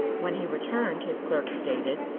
when he returned, his clerk stated,